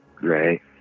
Right